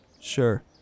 sure